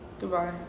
goodbye